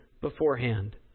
beforehand